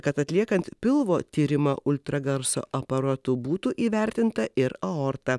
kad atliekant pilvo tyrimą ultragarso aparatu būtų įvertinta ir aorta